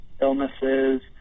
illnesses